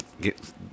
get